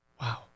Wow